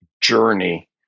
journey